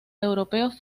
europeos